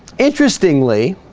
interestingly